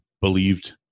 believed